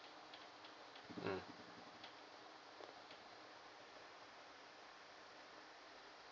mm